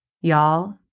Y'all